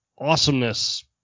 Awesomeness